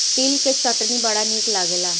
तिल के चटनी बड़ा निक लागेला